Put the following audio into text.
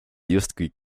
justkui